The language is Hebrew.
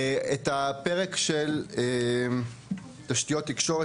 אנחנו כרגע נדלג על הפרק של תשתיות תקשורת,